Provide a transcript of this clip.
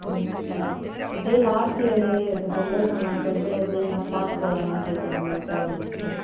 next week அப்படியே last year கொஞ்சம் enjoy பண்ணலாம்னு சொல்லிட்டு பிள்ளைகள்லாம் பார்க் போகலாமானு கேக்கிறாங்க போகலாமா மேம்